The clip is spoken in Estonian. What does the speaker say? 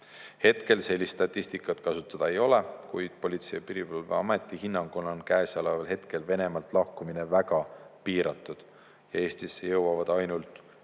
Hetkel sellist statistikat kasutada ei ole, kuid Politsei- ja Piirivalveameti hinnangul on käesoleval hetkel Venemaalt lahkumine väga piiratud. Eestisse jõuavad ainult üksikud